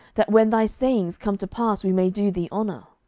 that when thy sayings come to pass we may do thee honour?